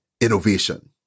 innovation